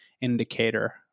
indicator